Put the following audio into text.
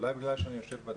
אולי בגלל שאני יושב בצד הזה.